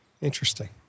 Interesting